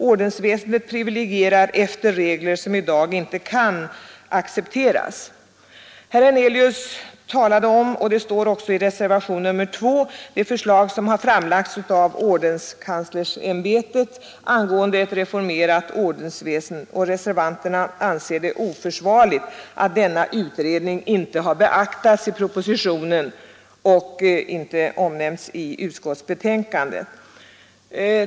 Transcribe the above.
Ordensväsendet privilegierar efter regler som i dag inte kan accepteras, I reservationen 2 omnämns det förslag som framlagts av ordenskanslersämbetet angående ett reformerat ordensväsen. Herr Hernelius talade också om den saken. Reservanterna anser det oförsvarligt att utredningen inte har beaktats i propositionen och inte heller omnämnts i utskottets betänkande.